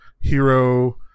hero